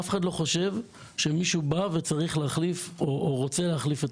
אף אחד לא חושב שמישהו בא וצריך להחליף או רוצה להחליף,